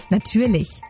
Natürlich